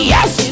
Yes